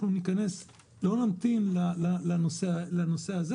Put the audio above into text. אנחנו לא נמתין לנושא הכללי.